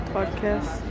Podcast